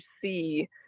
see